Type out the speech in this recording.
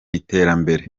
iterambere